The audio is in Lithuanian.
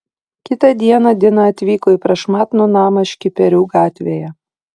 kitą dieną dina atvyko į prašmatnų namą škiperių gatvėje